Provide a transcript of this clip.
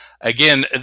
again